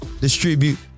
distribute